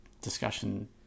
discussion